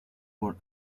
por